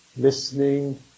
Listening